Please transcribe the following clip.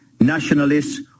Nationalists